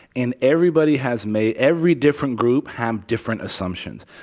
and everybody has made every different group have different assumptions.